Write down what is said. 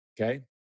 Okay